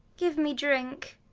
give me drink.